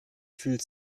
fühlt